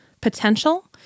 potential